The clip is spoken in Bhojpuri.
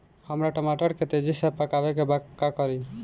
हमरा टमाटर के तेजी से पकावे के बा का करि?